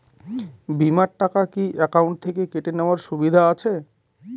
বিমার টাকা কি অ্যাকাউন্ট থেকে কেটে নেওয়ার সুবিধা আছে?